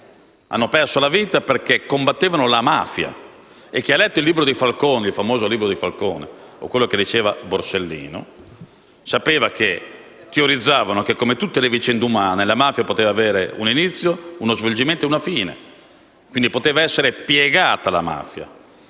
Hanno perso la vita perché combattevano la mafia. Chi ha letto il famoso libro di Giovanni Falcone o ha ascoltato ciò che diceva Borsellino, sa che essi teorizzavano che, come tutte le vicende umane, la mafia poteva avere un inizio, uno svolgimento e una fine. Quindi la mafia poteva essere piegata, ma la mafia